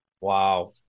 wow